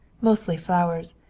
mostly flowers,